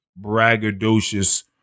braggadocious